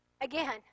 Again